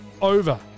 over